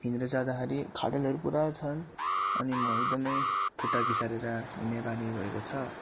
हिँडेर जाँदाखेरि खाडलहरू पुरा छन् अनि म एकदमै खुट्टा घिसारेर हिन्ने बानी भएको छ